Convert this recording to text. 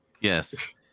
Yes